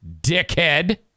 dickhead